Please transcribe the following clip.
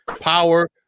power